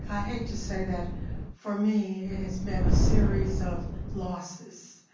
hate to say that for me, it has been a series of losses.